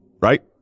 right